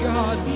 God